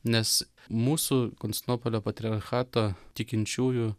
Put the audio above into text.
nes mūsų konstantinopolio patriarchato tikinčiųjų